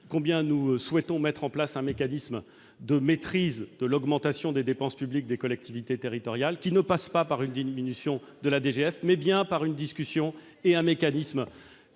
combien nous souhaitons mettre en place un mécanisme de maîtrise de l'augmentation des dépenses publiques des collectivités territoriales. Ce mécanisme passe non par une diminution de la DGF, mais bien par une discussion et un mécanisme